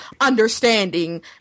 understanding